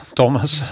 Thomas